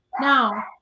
Now